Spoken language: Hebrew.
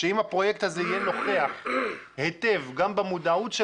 אבל אני מאמין שאם הפרויקט הזה יהיה נוכח היטב גם במודעות של